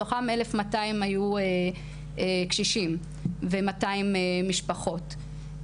מתוכם 1,200 היו קשישים ו-200 משפחות.